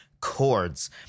chords